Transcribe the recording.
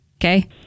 okay